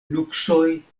nuksoj